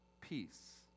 peace